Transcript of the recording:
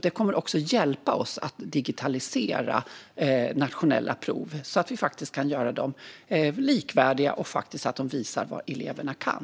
Det kommer också att hjälpa oss att digitalisera nationella prov så att vi kan göra dem likvärdiga och så att de visar vad eleverna kan.